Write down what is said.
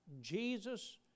Jesus